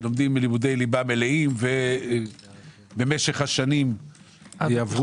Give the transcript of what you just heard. לומדים לימודי ליבה מלאים ובמשך השנים יעברו